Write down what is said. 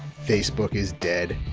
facebook is dead.